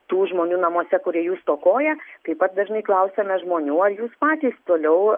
tų žmonių namuose kurie jų stokoja taip pat dažnai klausiame žmonių ar jūs patys toliau